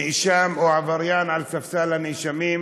נאשם או עבריין על ספסל הנאשמים,